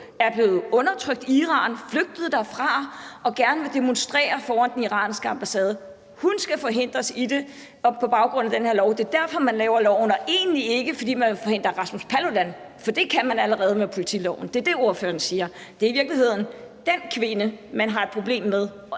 er blevet undertrykt i Iran og er flygtet derfra og gerne vil demonstrere foran den iranske ambassade – i at gøre det, på baggrund af den her lov? Det er altså derfor, man laver loven, og egentlig ikke, fordi man vil forhindre Rasmus Paludans handling, eller hvad? For det kan man allerede med politiloven. Det er det, ordføreren siger, altså at det i virkeligheden er den kvinde, man har et problem med,